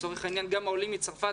לצורך העניין גם לעולים מצרפת.